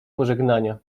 pożegnania